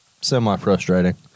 semi-frustrating